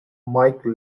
mike